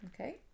Okay